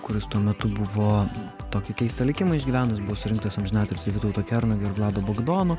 kuris tuo metu buvo tokį keistą likimą išgyvenęs buvo surinktas amžinatilsį vytauto kernagio ir vlado bagdono